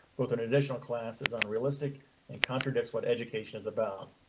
both an additional classes unrealistic and contradicts what education is about.